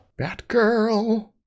Batgirl